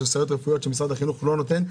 שמשרד החינוך לא נותן.